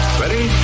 ready